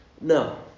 No